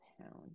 pound